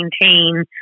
maintain